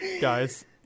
Guys